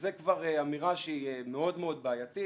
שזו כבר אמירה שהיא מאוד בעייתית.